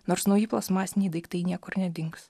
nors nauji plastmasiniai daiktai niekur nedings